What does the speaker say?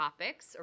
topics